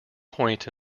point